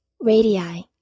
Radii